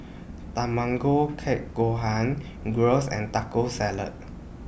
Tamago Kake Gohan Gyros and Taco Salad